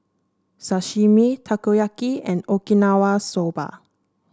Sashimi Takoyaki and Okinawa Soba